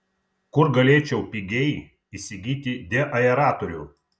kur galėčiau pigiai įsigyti deaeratorių